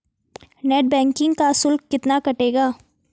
Net banking का शुल्क कितना कटेगा?